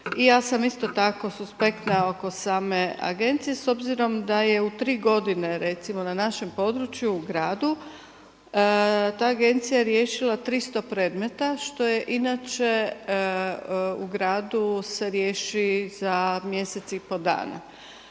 sa sam isto tako suspektna oko same agencije s obzirom da je tri godine recimo na našem području u gradu ta agencija riješila 300 predmeta što je inače u gradu se riješi za mjesec i pol dana.